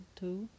two